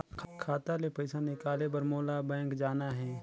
खाता ले पइसा निकाले बर मोला बैंक जाना हे?